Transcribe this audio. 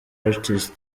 artist